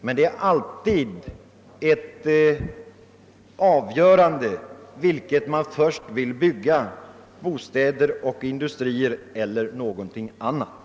Men det måste alltid träffas ett avgörande, vilket man först vill bygga, om det skall bli bostäder och industrier eller någonting annat.